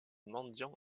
mendiants